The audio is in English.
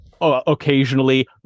occasionally